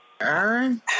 Aaron